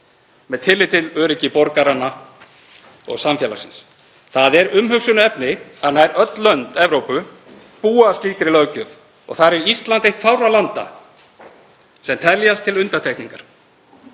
með tilliti til öryggis borgaranna og samfélagsins. Það er umhugsunarefni að nær öll lönd Evrópu búa að slíkri löggjöf og þar er Ísland eitt fárra landa sem teljast til undantekningar.